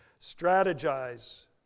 Strategize